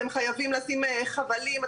אתם חייבים לשים חבלים,